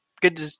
good